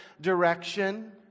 direction